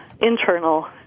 internal